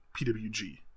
PWG